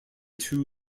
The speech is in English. two